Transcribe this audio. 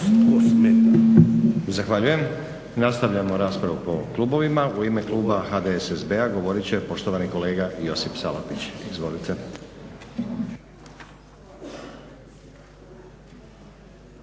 Zahvaljujem. Nastavljamo raspravu po klubovima. U ime kluba HDSSB-a govorit će poštovani kolega Josip Salapić. Izvolite.